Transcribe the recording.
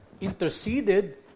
interceded